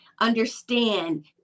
understand